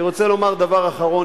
אני רוצה לומר דבר אחרון.